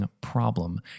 problem